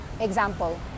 example